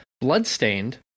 Bloodstained